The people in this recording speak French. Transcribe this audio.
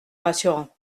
rassurant